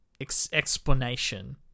explanation